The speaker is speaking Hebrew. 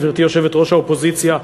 גברתי יושבת-ראש האופוזיציה,